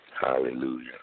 hallelujah